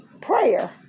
prayer